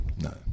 no